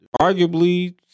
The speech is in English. arguably